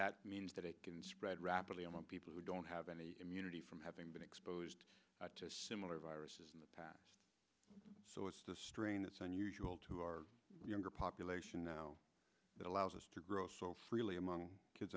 that means that it can spread rapidly among people who don't have any immunity from having been exposed to similar viruses in the past so it's a strain that's unusual to our younger population now that allows us to grow so freely among kids